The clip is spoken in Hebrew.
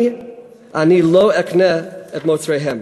אני לא אקנה את מוצריה.